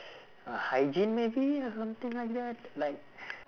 uh hygiene maybe or something like that like